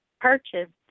purchased